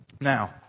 Now